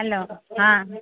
hello ହଁ